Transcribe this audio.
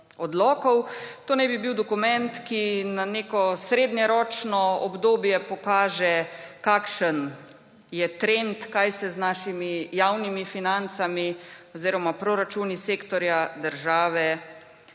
To naj bi bil dokument, ki na neko srednjeročno obdobje pokaže, kakšen je trend, kaj se z našimi javnimi financami oziroma proračuni sektorja država dogaja.